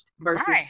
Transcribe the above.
versus